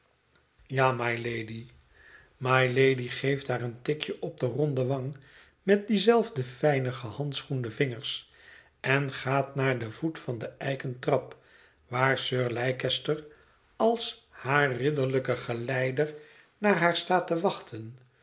mylady mylady geeft haar een tikje op de ronde wang met diezelfde fijne gehandschoende vingers en gaat naar den voet van de eiken trap waar sir leicester als haar ridderlijke geleider naar haar staat te wachten